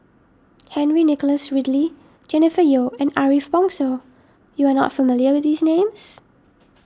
Henry Nicholas Ridley Jennifer Yeo and Ariff Bongso you are not familiar with these names